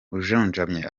ujunjamye